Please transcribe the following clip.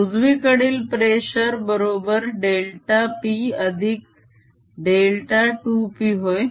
उजवीकडील प्रेशर बरोबर delta p अधिक डेल्टा 2 p होय